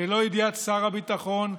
ללא ידיעת שר הביטחון,